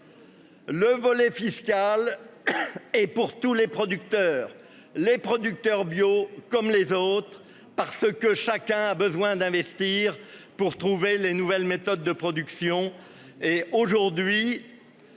Le volet fiscal. Et pour tous les producteurs, les producteurs bio comme les autres parce que chacun a besoin d'investir pour trouver les nouvelles méthodes de production